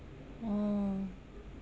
orh